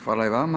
Hvala i vama.